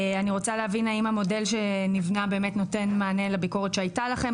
אני רוצה להבין האם המודל שנבנה באמת נותן מענה לביקורת שהייתה לכם.